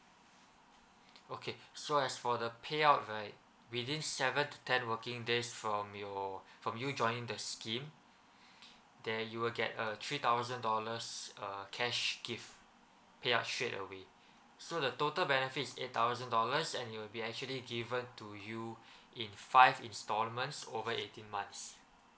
okay so as for the payout right within seven to ten working days from your from you joining the scheme there you will get a three thousand dollars uh cash gift pay out straight away so the total benefits eight thousand dollars and it'll be actually given to you in five installments over eighteen months